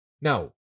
Now